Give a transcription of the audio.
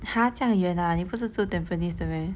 !huh! 这样远 ah 你不是住 tampines 的 meh